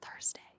Thursday